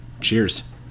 cheers